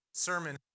sermon